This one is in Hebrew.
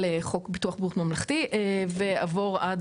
חוק ביטוח בריאות ממלכתי ועבור עד